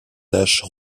taches